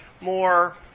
more